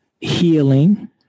healing